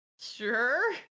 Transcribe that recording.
Sure